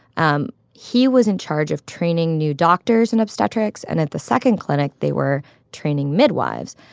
um he was in charge of training new doctors in obstetrics, and at the second clinic, they were training midwives.